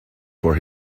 for